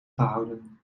gehouden